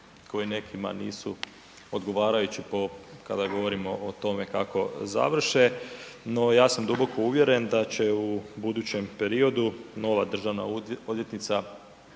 koji nekima nisu odgovarajući po, kada govorimo o tome kako završe. No, ja sam duboko uvjeren da će u budućem periodu nova državna odvjetnica